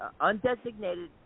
undesignated